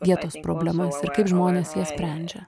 vietos problemas ir kaip žmonės jas sprendžia